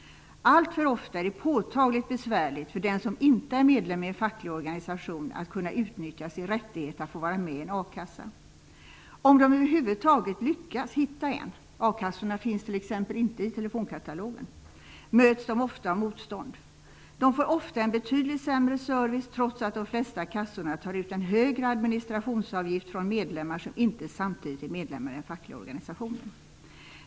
Alltför ofta är det påtagligt besvärligt för den som inte är medlem i en facklig organisation att kunna utnyttja sin rättighet att få vara med i en a-kassa. Om de över huvud taget lyckas hitta en -- akassorna återfinns t.ex. inte i telefonkatalogen -- möts de ofta av motstånd. De får ofta en betydligt sämre service, trots att de flesta kassorna tar ut en högre administrationsavgift från medlemmar som inte samtidigt är medlemmar i den fackliga organisationen.